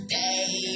day